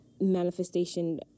manifestation